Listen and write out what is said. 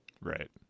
right